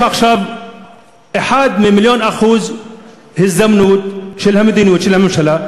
יש עכשיו אחד חלקי מיליון אחוז הזדמנות של המדיניות של הממשלה,